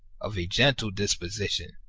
of a gentle disposition,